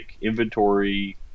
inventory